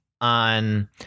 on